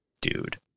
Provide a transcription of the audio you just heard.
dude